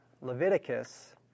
Leviticus